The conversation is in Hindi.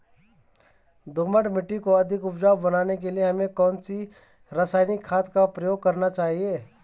दोमट मिट्टी को अधिक उपजाऊ बनाने के लिए हमें कौन सी रासायनिक खाद का प्रयोग करना चाहिए?